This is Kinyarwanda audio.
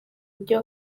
ibyo